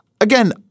Again